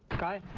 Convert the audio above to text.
chi